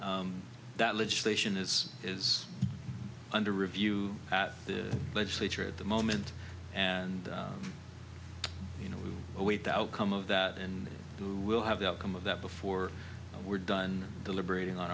that legislation is is under review at the legislature at the moment and you know await the outcome of that and we'll have the outcome of that before we're done deliberating on